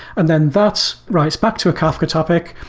and then that's writes back to a kafka topic,